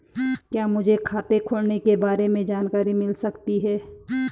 क्या मुझे खाते खोलने के बारे में जानकारी मिल सकती है?